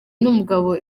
n’umugabo